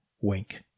Wink